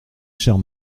chère